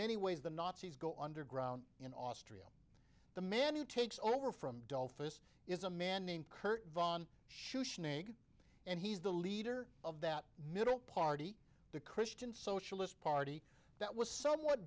many ways the nazis go underground in austria the man who takes over from dolphus is a man named kurt von shushan egg and he's the leader of that middle party the christian socialist party that was somewhat